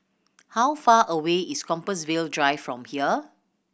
how far away is Compassvale Drive from here